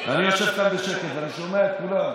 אני יושב כאן בשקט ואני שומע את כולם.